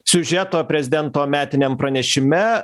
siužeto prezidento metiniam pranešime